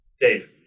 Dave